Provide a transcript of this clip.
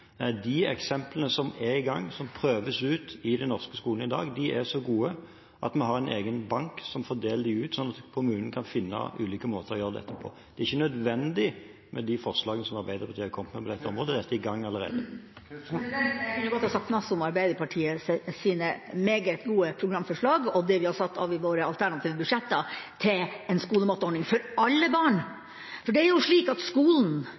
De eksemplene som er i gang, og som prøves ut i de norske skolene i dag, er så gode at vi har en egen bank som fordeler dem ut slik at kommunene kan finne ulike måter å gjøre dette på. Det er ikke nødvendig med de forslagene som Arbeiderpartiet har kommet med, for dette er i gang allerede. Jeg kunne godt ha sagt masse om Arbeiderpartiets meget gode programforslag og om det vi har satt av i våre alternative budsjetter til en skolematordning for alle barn. Skolen er jo